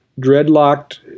dreadlocked